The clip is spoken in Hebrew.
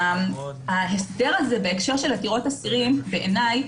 ההסדר בהקשר של עתירות אסירים בעיניי